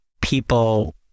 people